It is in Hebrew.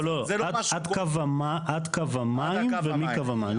לא, לא, עד קו המים ומקו המים.